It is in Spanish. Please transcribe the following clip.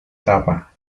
tapa